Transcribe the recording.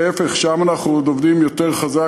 להפך, שם אנחנו עוד עובדים יותר חזק.